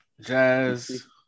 Jazz